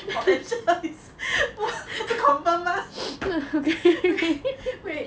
potential is 不 confirm 吗 wait